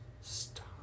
Stop